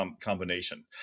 combination